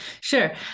Sure